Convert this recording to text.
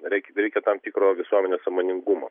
reik reikia tam tikro visuomenės sąmoningumo